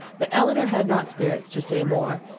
but elinor had not spirits to say more,